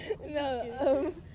No